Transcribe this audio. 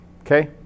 Okay